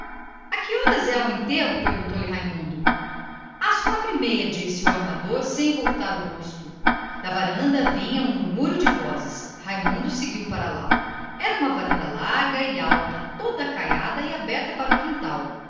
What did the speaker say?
horas é o enterro perguntou-lhe raimundo às quatro e meia disse o armador sem voltar o rosto da varanda vinha um murmúrio de vozes raimundo seguiu para lá varanda larga e alta caiada toda aberta para o quintal